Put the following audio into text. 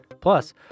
Plus